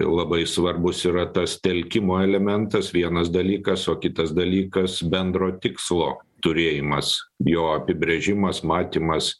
labai svarbus yra tas telkimo elementas vienas dalykas o kitas dalykas bendro tikslo turėjimas jo apibrėžimas matymas